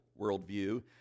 worldview